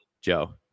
Joe